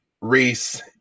Reese